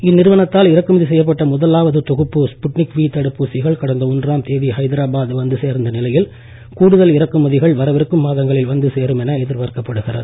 இந்நிறுவனத்தால் இறக்குமதி செய்யப்பட்ட முதலாவது தொகுப்பு ஸ்புட்னிக் வி தடுப்பூசிகள் கடந்த ஒன்றாம் தேதி ஐதராபாத் வந்து சேர்ந்த நிலையில் கூடுதல் இறக்குமதிகள் வரவிருக்கும் மாதங்களில் வந்து சேரும் என எதிர்பார்க்கப்படுகிறது